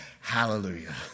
hallelujah